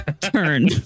turn